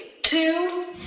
two